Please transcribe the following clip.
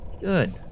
Good